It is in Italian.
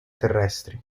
terrestri